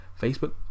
Facebook